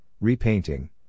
repainting